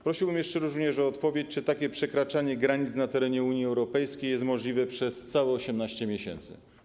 Prosiłbym jeszcze również o odpowiedź na pytanie: Czy takie przekraczanie granic na terenie Unii Europejskiej jest możliwe przez całe 18 miesięcy?